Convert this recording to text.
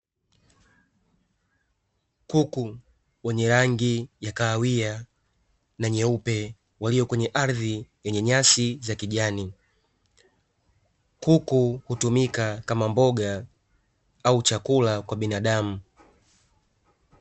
Kuku wenye rangi ya kahawia na nyeupe waliyo kwenye ardhi yenye nyasi za kijani. Kuku hutumika kama mboga au chakula kwa binadamu.